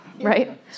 right